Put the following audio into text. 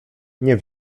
nie